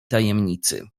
tajemnicy